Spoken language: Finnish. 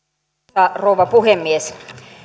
arvoisa rouva puhemies